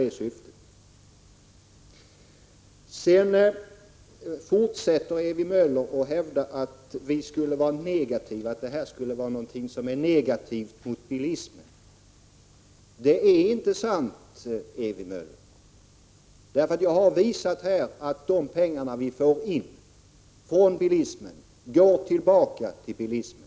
Ewy Möller fortsatte att hävda att det här skulle vara någonting som är negativt för bilismen. Det är inte sant, Ewy Möller. Jag har visat att de pengar som vi får in från bilismen går tillbaka till bilismen.